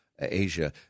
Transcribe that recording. Asia